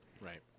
Right